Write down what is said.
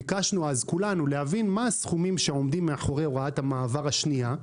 ביקשנו אז כולנו להבין מה הסכומים שעומדים מאחורי הוראת המעבר השנייה,